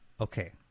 Okay